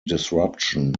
disruption